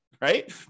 Right